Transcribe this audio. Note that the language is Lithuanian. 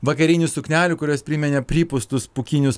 vakarinių suknelių kurios priminė pripūstus pūkinius